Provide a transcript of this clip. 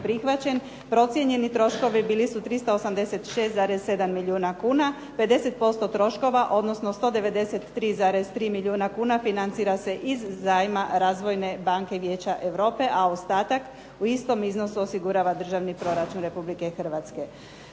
prihvaćen, procijenjeni troškovi bili su 386,7 milijuna kuna, 50% troškova, odnosno 193,3 milijuna kuna financira se iz zajma Razvojne banke Vijeća Europe, a ostatak u istom iznosu osigurava državni proračun Republike Hrvatske.